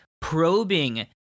probing